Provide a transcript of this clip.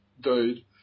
dude